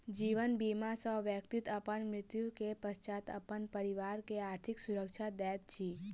जीवन बीमा सॅ व्यक्ति अपन मृत्यु के पश्चात अपन परिवार के आर्थिक सुरक्षा दैत अछि